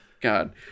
God